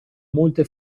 molte